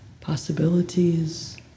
possibilities